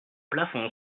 plafond